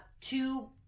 two